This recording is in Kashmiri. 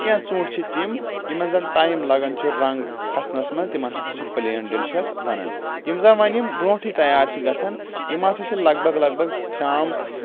کیٚنٛہہ ژوٗنٛٹھ چھِ تِم یِمن زَن ٹایم لَگان چھُ رنٛگ کھسنس منز تِمن ہسا چھِ پٕلین ڈیلِشس وَنان یِم زَن وۄنۍ یِم برٛونٛٹھٕے تَیار چھِ گژھان یِم ہسا چھِ لگ بگ لگ بگ فرام